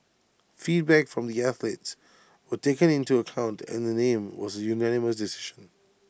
feedback from the athletes were taken into account and the name was A unanimous decision